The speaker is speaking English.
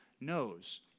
knows